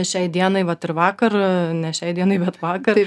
šiai dienai vat ir vakar ne šiai dienai bet vakar